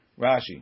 Rashi